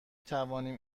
توانیم